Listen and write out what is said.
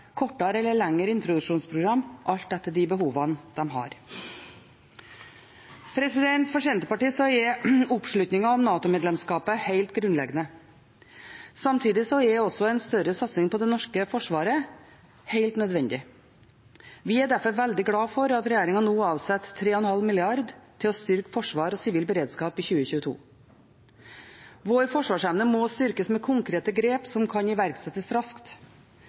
kortere eller lengre introduksjonsprogram alt etter de behovene de har. For Senterpartiet er oppslutningen om NATO-medlemskapet helt grunnleggende. Samtidig er en større satsing på det norske forsvaret helt nødvendig. Vi er derfor veldig glad for at regjeringen nå avsetter 3,5 mrd. kr til å styrke forsvar og sivil beredskap i 2022. Vår forsvarsevne må styrkes med konkrete grep som kan iverksettes raskt.